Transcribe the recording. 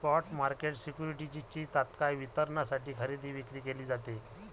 spot market सिक्युरिटीजची तत्काळ वितरणासाठी खरेदी विक्री केली जाते